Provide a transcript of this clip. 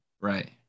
Right